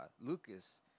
Lucas